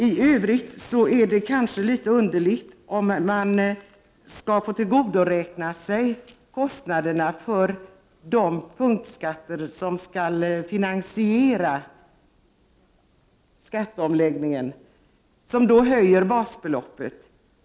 I övrigt är det kanske litet underligt om man skall få tillgodoräkna sig kostnaderna för de punktskatter som skall finansiera skatteomläggningen, som höjer basbeloppet.